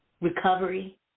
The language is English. Recovery